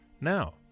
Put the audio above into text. Now